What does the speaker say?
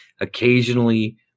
occasionally